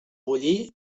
bullir